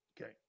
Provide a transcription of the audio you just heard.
Okay